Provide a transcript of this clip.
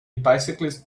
bicyclist